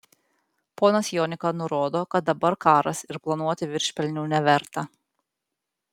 ponas jonika nurodo kad dabar karas ir planuoti viršpelnių neverta